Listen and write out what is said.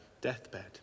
deathbed